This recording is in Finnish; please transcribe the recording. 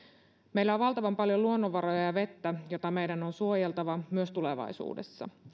meillä on valtavan paljon luonnonvaroja ja vettä joita meidän on suojeltava myös tulevaisuudessa